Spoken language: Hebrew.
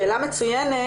שאלה מצוינת.